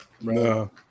No